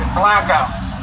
blackouts